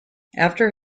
after